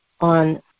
on